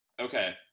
Okay